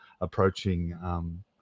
approaching